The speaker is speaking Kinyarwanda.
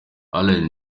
allen